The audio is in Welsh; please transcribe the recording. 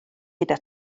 gyda